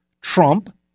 Trump